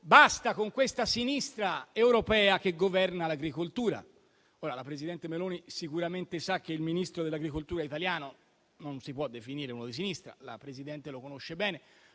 basta con questa sinistra europea che governa l'agricoltura. La presidente Meloni sicuramente sa che il Ministro dell'agricoltura italiano non si può definire di sinistra. La Presidente lo conosce bene,